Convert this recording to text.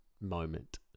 moment